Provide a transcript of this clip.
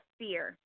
fear